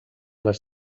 les